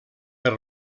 per